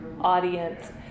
audience